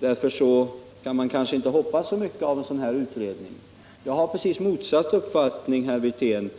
därför kan man kanske inte hoppas så mycket av en sådan här utredning. Jag har precis motsatt uppfattning, herr Wirtén.